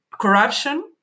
corruption